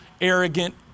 arrogant